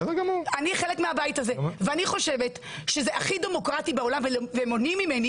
אני חושבת שזה הכי דמוקרטי בעולם ומונעים מזה.